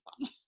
fun